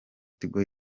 tigo